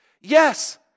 Yes